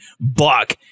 buck